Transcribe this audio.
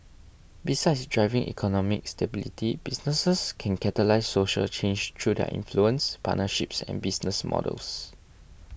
besides driving economic stability businesses can catalyse social change through their influence partnerships and business models